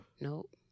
Nope